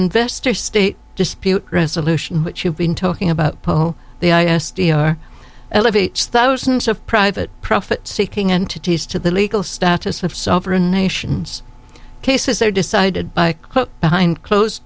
investor state dispute resolution which you've been talking about the i s d n or elevates thousands of private profit seeking entities to the legal status of sovereign nations cases are decided by cook behind closed